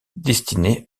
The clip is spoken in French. destinés